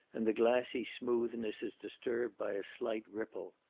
and the glassy smoothness is disturbed by a slight ripple.